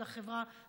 על החברה,